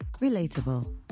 Relatable